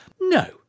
No